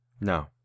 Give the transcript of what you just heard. No